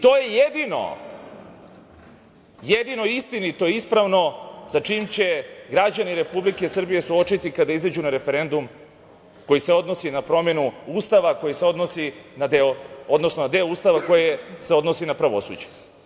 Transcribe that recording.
To je jedino istinito i ispravno sa čim će se građani Republike Srbije suočiti kada izađu na referendum koji se odnosi na promenu Ustava, koji se odnosi, odnosno na deo Ustava koji se odnosi na pravosuđe.